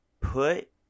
put